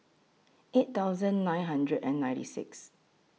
eight thousand nine hundred and ninety six